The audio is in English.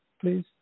please